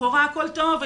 לכאורה הכול טוב,